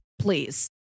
please